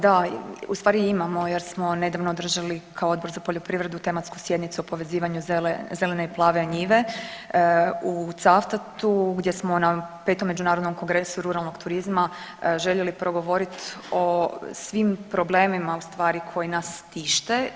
Da, ustvari imamo, jer smo nedavno održali kao Odbor za poljoprivredu tematsku sjednicu o povezivanju zelene i plave njive u Cavtatu, gdje smo na 5. međunarodnom kongresu ruralnog turizma željeli progovoriti o svim problemima ustvari koji nas tište.